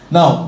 Now